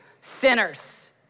sinners